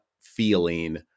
feeling